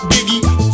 Biggie